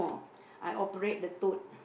I operate the toad